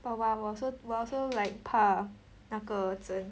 but but 我我 also like 怕那个针